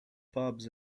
pubs